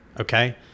okay